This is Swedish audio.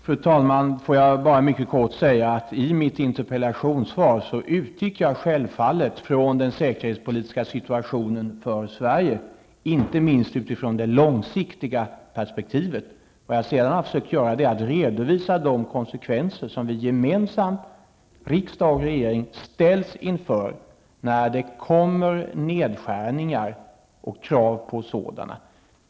Fru talman! Får jag bara mycket kortfattat säga att jag i mitt interpellationssvar självfallet utgick från den säkerhetspolitiska situationen för Sverige, inte minst utifrån det långsiktiga perspektivet. Vad jag sedan har försökt göra är att redovisa de konsekvenser som vi gemensamt, riksdag och regering, ställs inför när det blir fråga om nedskärningar och krav på sådana.